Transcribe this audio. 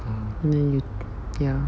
and then you ya